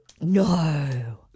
No